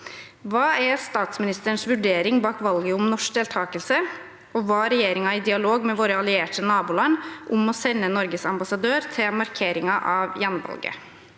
Hva er statsministerens vurdering bak valget om norsk deltakelse, og var regjeringen i dialog med våre allierte naboland om å sende Norges ambassadør til markeringen av gjenvalget?»